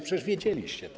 Przecież wiedzieliście to.